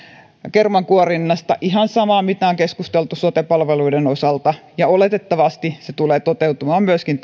kermankuorinnasta ihan samaa mitä on keskusteltu sote palveluiden osalta oletettavasti se tulee toteutumaan myöskin